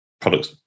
products